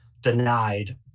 denied